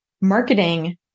marketing